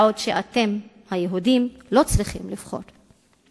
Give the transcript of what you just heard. בעוד שאתם, היהודים, לא צריכים לבחור.